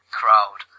crowd